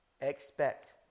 expect